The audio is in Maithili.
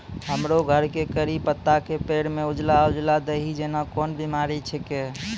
हमरो घर के कढ़ी पत्ता के पेड़ म उजला उजला दही जेना कोन बिमारी छेकै?